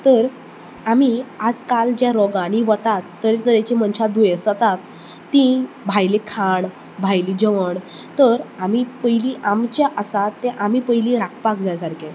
तर आमी आज काल ज्या रोगांनी वतात तरे तरेचे मनशाक दुयेंस जातात तीं भायलीं खाण भायलीं जेवण तर आमी पयली आमचें आसा तें आमी पयली राखपाक जाय सारकें